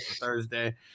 Thursday